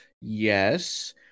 yes